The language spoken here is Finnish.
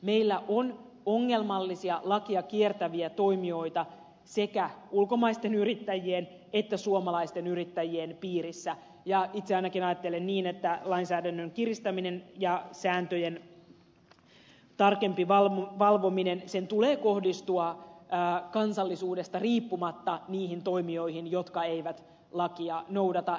meillä on ongelmallisia lakia kiertäviä toimijoita sekä ulkomaisten yrittäjien että suomalaisten yrittäjien piirissä ja itse ainakin ajattelen niin että lainsäädännön kiristämisen ja sääntöjen tarkemman valvomisen tulee kohdistua kansallisuudesta riippumatta niihin toimijoihin jotka eivät lakia noudata